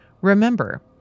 Remember